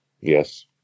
Yes